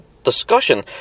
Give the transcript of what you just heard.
discussion